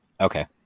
Okay